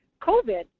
COVID